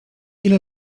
ile